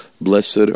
blessed